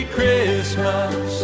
Christmas